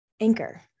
Anchor